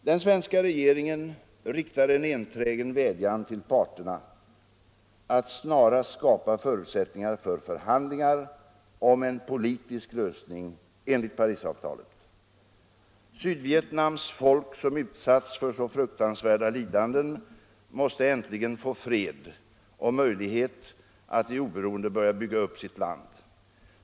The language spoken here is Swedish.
Den svenska regeringen riktar en enträgen vädjan till parterna att snarast skapa förutsättningar för förhandlingar om en politisk lösning enligt Parisavtalet. Sydvietnams folk som utsatts för så fruktansvärda lidanden måste äntligen få fred och möjlighet att i oberoende börja bygga upp sitt land.